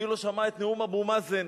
מי לא שמע את נאום אבו מאזן.